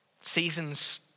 Seasons